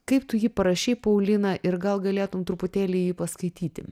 kaip tu jį parašei paulina ir gal galėtum truputėlį paskaityti